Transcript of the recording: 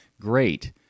Great